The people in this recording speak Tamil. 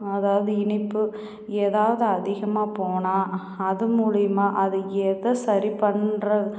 அதாவது இனிப்பு எதாவது அதிகமாப் போனால் அது மூலியுமாக அது எதை சரி பண்ணுற